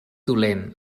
dolent